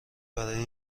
برای